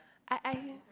I I